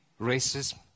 racism